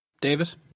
Davis